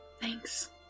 Thanks